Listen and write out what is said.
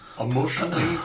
Emotionally